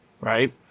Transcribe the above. right